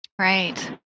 Right